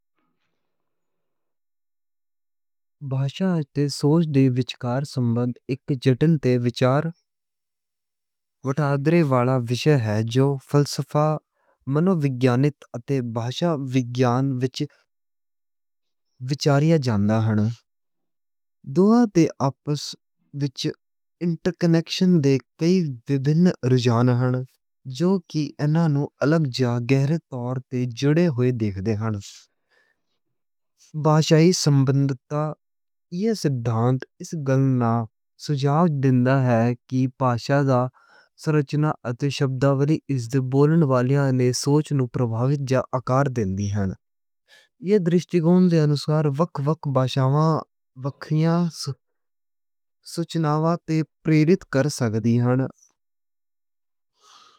باشا تے سوچ دے وچکار سمبندھ اک جتن تے وچار وٹھادرے والا وشیا ہے۔ جو فلسفہ، منو وگیان اتے باشا وگیان وچ وچاریا جاندا ہن۔ دوہاں تے آپس وچ انٹر کنیکشن دے کئی وکھرے رجھان ہن۔ جو کی اینانو الگ جا گھیرے طور تے جڑے ہوئے دیکھ دے ہن۔ باشائی سمبندتا یہ سدھانت اس گلنا سجھاؤ دین دا ہے۔ کی باشا دا سرچنا اتے شبداولی اس دے بولن والیاں نے سوچ نوں پربھاوجا آکار دین دی ہن۔ یہ درشٹیکون دے انوسار اک باشاوا وککھیا سوچناواں تے پریدت کر سکدی ہن۔